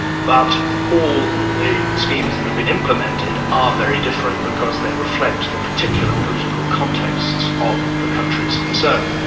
but all the schemes that have been implemented are very different because they reflect the particular political contexts of the countries concerned,